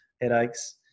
headaches